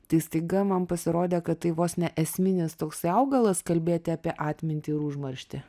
tai staiga man pasirodė kad tai vos ne esminis toksai augalas kalbėti apie atmintį ir užmarštį